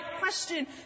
question